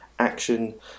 action